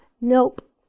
Nope